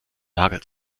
nagel